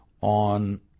on